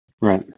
Right